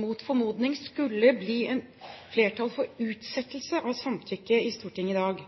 mot formodning skulle bli et flertall for utsettelse av samtykke i Stortinget i dag,